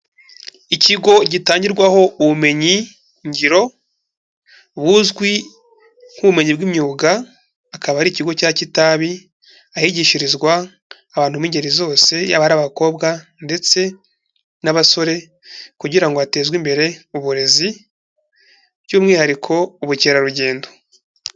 Ikigo gitangirwaho ubumenyi ngiro buzwi nk'ubumenyi bw'imyuga, akaba ari ikigo cya Kitabi, ahigishirizwa abantu b'ingeri zose yaba ari abakobwa ndetse n'abasore kugira ngo hatezwe imbere uburezi, by'umwihariko ubukerarugendo.